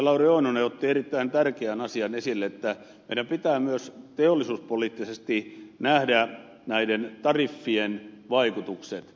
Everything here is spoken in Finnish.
lauri oinonen otti erittäin tärkeän asian esille että meidän pitää myös teollisuuspoliittisesti nähdä näiden tariffien vaikutukset